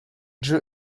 drew